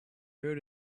wrote